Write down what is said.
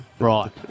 Right